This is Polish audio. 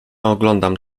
oglądam